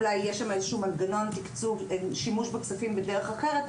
אולי יהיה איזה שהוא מנגנון לשימוש בכספים בדרך אחרת,